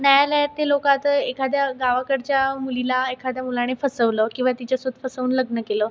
न्यायालयातील लोकं आता एखाद्या गावाकडच्या मुलीला एखाद्या मुलाने फसवलं किंवा तिच्यासोबत फसवून लग्न केलं